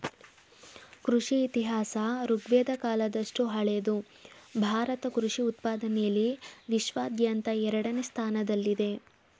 ಕೃಷಿ ಇತಿಹಾಸ ಋಗ್ವೇದ ಕಾಲದಷ್ಟು ಹಳೆದು ಭಾರತ ಕೃಷಿ ಉತ್ಪಾದನೆಲಿ ವಿಶ್ವಾದ್ಯಂತ ಎರಡನೇ ಸ್ಥಾನದಲ್ಲಿದೆ